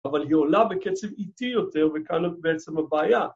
‫אבל היא עולה בקצב איטי יותר ‫וכאן בעצם הבעיה.